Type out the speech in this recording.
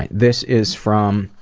and this is from.